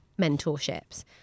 mentorships